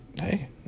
Hey